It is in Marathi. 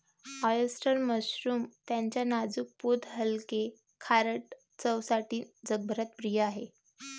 ऑयस्टर मशरूम त्याच्या नाजूक पोत हलके, खारट चवसाठी जगभरात प्रिय आहे